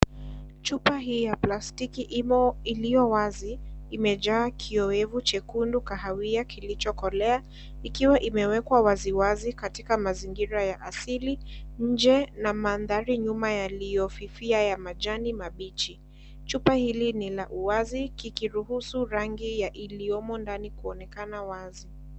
Chupa hii ya plastiki imo iliyo wazi, imejaa kioevu chekundu kahawia kilichokolea, ikiwa imewekwa waziwazi katika mazingira ya asili nje na mandhari nyuma yaliyofifia ya majani mabichi, chupa hili nila uwazi kikiruhusu rangi iliyomo ndani kuonekana wazi.